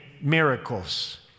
miracles